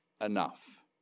enough